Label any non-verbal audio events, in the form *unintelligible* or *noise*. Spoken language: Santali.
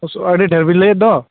*unintelligible* ᱟᱹᱰᱤ ᱰᱷᱮᱨᱵᱮᱱ ᱞᱟᱹᱭᱮᱫ ᱫᱚ